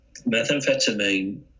Methamphetamine